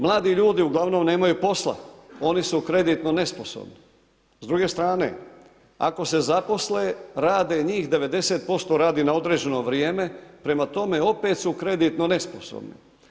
Mladi ljudi uglavnom nemaju posla, oni su kreditno nesposobni, s druge strane ako se zaposle rade njih 90% radi na određeno vrijeme prema tome opet su kreditno nesposobni.